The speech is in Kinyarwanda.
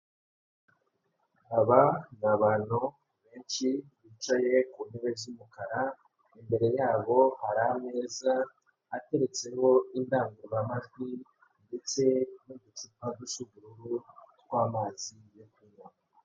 Aba ni bantu benshi bicaye ku ntebe z'umukara, imbere yabo hari ameza ateretseho indangururamajwi ndetse n'uducupa dusa ubururu tw'amazi.